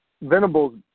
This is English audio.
Venable